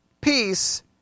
peace